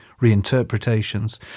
reinterpretations